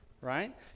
right